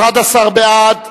11 בעד,